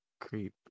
Creep